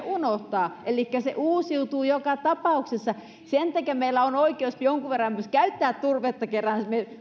unohtaa elikkä se uusiutuu joka tapauksessa sen takia meillä on oikeus jonkun verran myös käyttää turvetta kun kerran